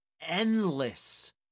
endless